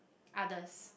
others